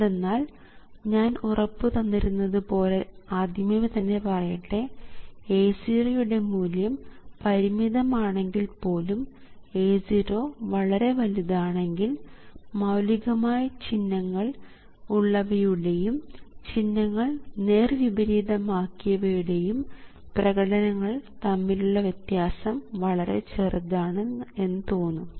എന്തെന്നാൽ ഞാൻ ഉറപ്പു തന്നിരുന്നത് പോലെ ആദ്യമേ തന്നെ പറയട്ടെ A0 യുടെ മൂല്യം പരിമിതം ആണെങ്കിൽ പോലും A0 വളരെ വലുതാണെങ്കിൽ മൌലികമായ ചിഹ്നങ്ങൾ ഉള്ളവയുടെയും ചിഹ്നങ്ങൾ നേർവിപരീതം ആക്കിയവയുടെയും പ്രകടനങ്ങൾ തമ്മിലുള്ള വ്യത്യാസം വളരെ ചെറുതാണെന്ന് തോന്നും